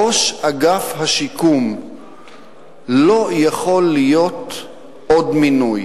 ראש אגף השיקום לא יכול להיות עוד מינוי.